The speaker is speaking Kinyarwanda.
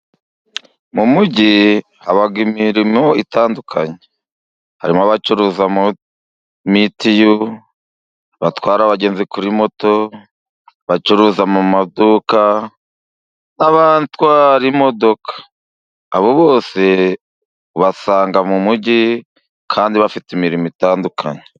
Mu mugi haba imirimo itandukanye, harimo abacuruza mo mitiyu, abatwara abagenzi kuri moto ,qbacuruza mu maduka, n'abatwara imodoka, abo bose ubasanga mu mujyi kandi bafite imirimo itandukanye.